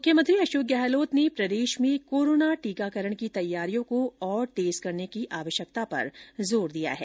मुख्यमंत्री अशोक गहलोत ने प्रदेश में कोरोना टीकाकरण की तैयारियों को और तेज करने की आवश्यकता पर जोर दिया है